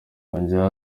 yongeyeho